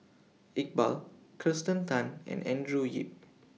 Iqbal Kirsten Tan and Andrew Yip